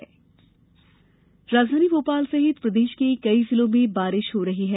मौसम राजधानी भोपाल सहित प्रदेश के कई जिलों में बारिश हो रही है